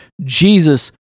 Jesus